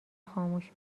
خاموش